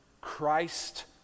Christ